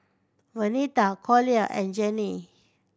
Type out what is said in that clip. Venita Collier and Janae